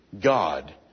God